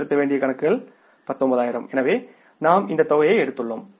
செலுத்த வேண்டிய கணக்குகள் 19000 எனவே நாம் இந்த தொகையை எடுத்துக்கொள்வோம்